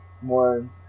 more